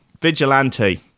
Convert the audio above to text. Vigilante